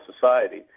society